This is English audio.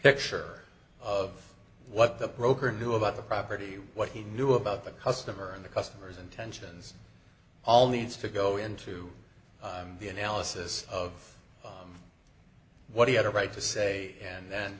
picture of what the broker knew about the property what he knew about the customer and the customer's intentions all needs to go into the analysis of what he had a right to say and then